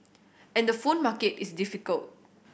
and the phone market is difficult